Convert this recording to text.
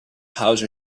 house